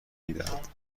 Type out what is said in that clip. میدهد